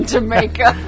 Jamaica